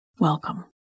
Welcome